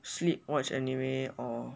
sleep watch anime or